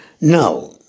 Now